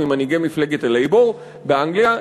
ממנהיגי מפלגת ה"לייבור" באנגליה,